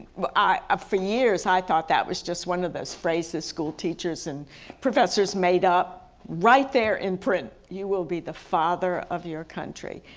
but i mean, ah for years i thought that was just one of those phrases school teachers and professors made up right there in print, you will be the father of your country,